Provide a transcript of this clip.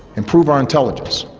improve our intelligence,